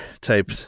type